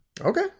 Okay